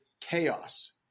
chaos